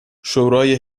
شورای